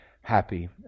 happy